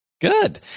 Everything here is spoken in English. Good